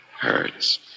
hurts